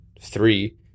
three